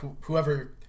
whoever